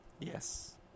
Yes